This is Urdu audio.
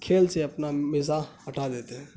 کھیل سے اپنا مزاح ہٹا دیتے ہیں